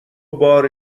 بار